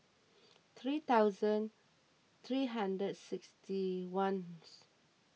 three thousand three hundred sixty ones